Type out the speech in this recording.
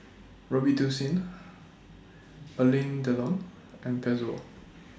Robitussin Alain Delon and Pezzo